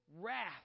wrath